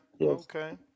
Okay